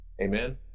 Amen